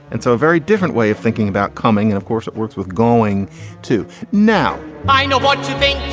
and so a very different way of thinking about coming. and of course, it works with going to now, i know what today